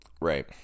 Right